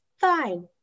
fine